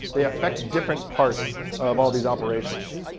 they affect different parts of all these operations.